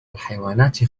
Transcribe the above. الحيوانات